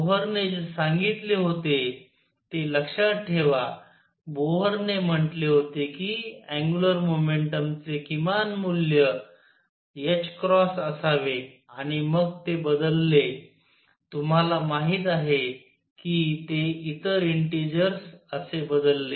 बोहरने जे सांगितले होते ते लक्षात ठेवा बोहरने म्हटले होते की अँग्युलर मोमेंटम चे किमान मूल्य असावे आणि मग ते बदलले तुम्हाला माहित आहे कि ते इतर इंटीजर्स असे बदलले